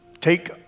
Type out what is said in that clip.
take